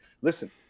listen